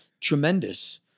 tremendous